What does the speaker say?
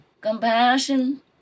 compassion